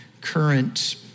current